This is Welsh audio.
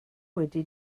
wedi